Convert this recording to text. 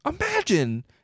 imagine